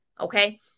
Okay